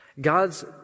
God's